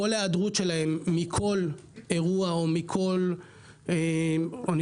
כל היעדרות שלהם מכל אירוע או מכל אוניברסיטה,